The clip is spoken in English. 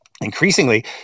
increasingly